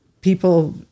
people